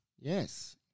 Yes